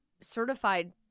certified